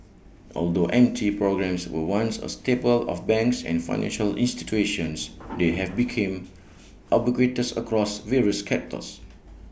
although M T programmes were once A staple of banks and financial institutions they have became ubiquitous across various